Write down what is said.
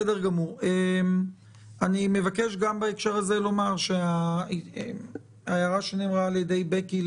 אני מבקש גם בהקשר הזה לומר שההערה שנאמרה על ידי בקי,